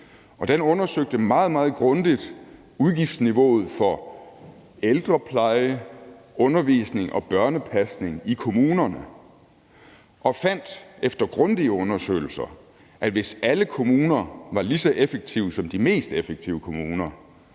Den undersøgte meget, meget grundigt udgiftsniveauet for ældrepleje, undervisning og børnepasning i kommunerne og fandt efter grundige undersøgelser, at hvis alle kommuner var lige så effektive som de mest effektive kommuner,